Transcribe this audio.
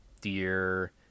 deer